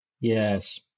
Yes